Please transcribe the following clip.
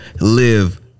live